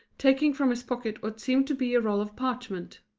taking from his pocket what seemed to be a roll of parchment.